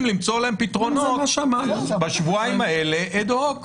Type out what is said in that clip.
למצוא פתרונות בשבועיים האלה אד-הוק.